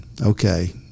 okay